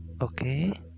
okay